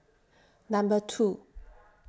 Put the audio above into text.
Number two